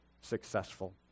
successful